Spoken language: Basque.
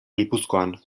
gipuzkoan